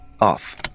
Off